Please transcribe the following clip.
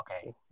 Okay